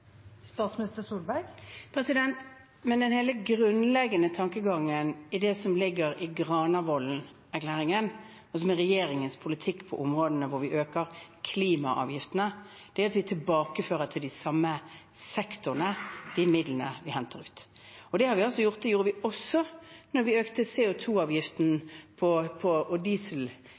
den grunnleggende tankegangen i det som ligger i Granavolden, og som er regjeringens politikk på områdene hvor vi øker klimaavgiftene, er at vi tilbakefører de midlene vi henter ut til de samme sektorene. Det har vi altså gjort. Det gjorde vi også da vi økte CO2-avgiften på diesel